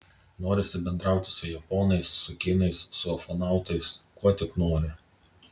norisi bendrauti su japonais su kinais su ufonautais kuo tik nori